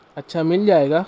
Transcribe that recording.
اچھا مل جائے گا